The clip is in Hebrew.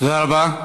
תודה רבה.